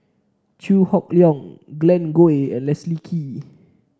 Chew Hock Leong Glen Goei and Leslie Kee